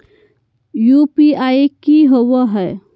UPI की होबो है?